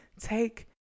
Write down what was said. take